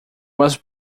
was